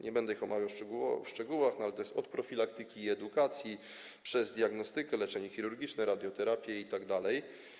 Nie będę ich omawiał w szczegółach, ale to jest od profilaktyki i edukacji, przez diagnostykę, leczenie chirurgiczne, radioterapię itd.